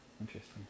interesting